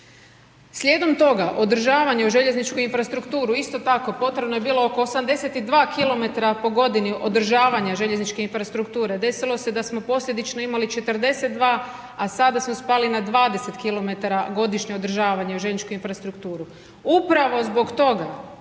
Slijedom toga održavanje u željezničku infrastrukturu, isto tako, potrebno je bilo oko 82 km po godini održavanja željezničke infrastrukture desilo se da smo posljedično imali 42, a sada smo spali na 20 kilometra godišnje održavanje u željezničku infrastrukture. Upravo zbog toga,